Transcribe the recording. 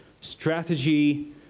strategy